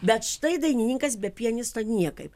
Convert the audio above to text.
bet štai dainininkas be pianisto niekaip